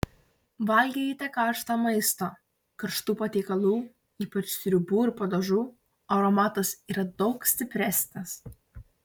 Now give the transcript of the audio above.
valgykite karštą maistą karštų patiekalų ypač sriubų ir padažų aromatas yra daug stipresnis